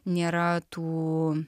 nėra tų